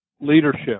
leadership